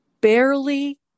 barely